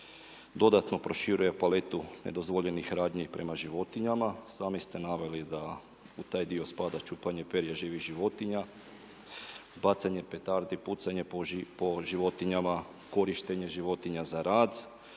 dodatno proširuje paletu nedozvoljenih radnji prema životinjama. Sami ste naveli da u taj dio spada čupanje perja živih životinja, bacanje petardi, pucanje po životinjama, korištenje životinja za rad.